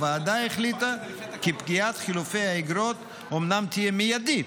הוועדה החליטה כי פקיעת חילופי האיגרות אומנם תהיה מיידית,